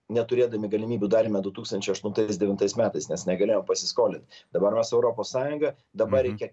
neturėdami galimybių darėme du tūkstančiai aštuntais devintais metais nes negalėjom pasiskolint dabar mes europos sąjunga dabar reikia